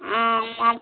మా